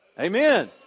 Amen